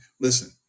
listen